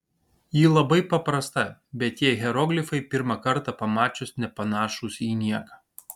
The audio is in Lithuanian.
ji labai paprasta bet tie hieroglifai pirmą kartą pamačius nepanašūs į nieką